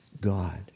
God